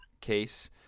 case